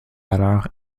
valeur